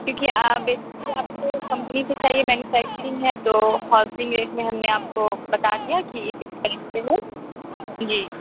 کیونکہ بیسیکلی آپ کو کمپنی سے چاہیے مینوفیکچرنگ ہے تو ہول سلنگ ریٹ میں ہم نے آپ کو بتا دیا کہ اس ایکسپنس سے ہے جی